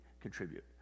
contribute